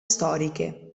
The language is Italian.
storiche